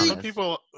people